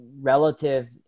relative